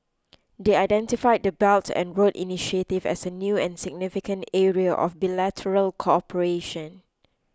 they identified the belt and road initiative as a new and significant area of bilateral cooperation